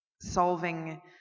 solving